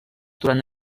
durant